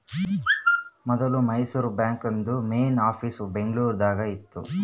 ಮೊದ್ಲು ಮೈಸೂರು ಬಾಂಕ್ದು main office Bengaluru ದಾಗ ಇತ್ತು